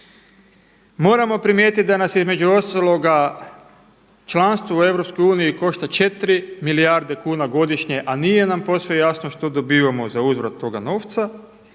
Moramo primijetiti da nas između ostaloga članstvo u Europskoj uniji košta 4 milijarde kuna godišnje, a nije nam posve jasno što dobivamo za uzvrat toga novca.